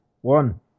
one